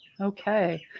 Okay